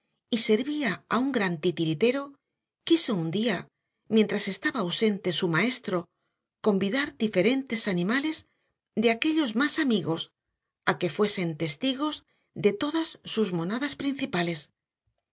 y servía a un gran titiritero quiso un día mientras estaba ausente su maestro convidar diferentes animales de aquellos más amigos a que fuesen testigos de todas sus monadas principales